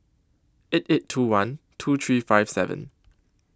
eight eight two one two three five seven